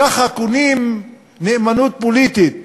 ככה קונים נאמנות פוליטית,